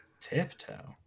Tiptoe